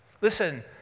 Listen